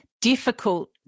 difficult